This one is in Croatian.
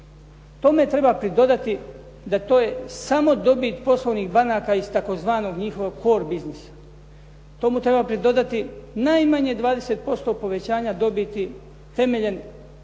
Tome treba pridodati da to je samo dobit poslovnih banaka iz tzv. njihovog kor biznisa. Tome treba pridodati najmanje 20% povećanja dobiti temeljem lising